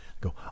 Go